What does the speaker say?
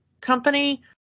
Company